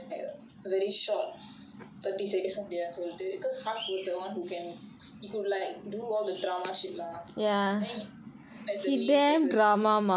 video because it ரொம்ப:romba dialogue வந்து பேசமுடியாதுன்னு சொல்லிட்டு:vanthu pesa mudiyaathunu solittu so hark was the one that can he could like do all the drama shit lah then we put him as the main person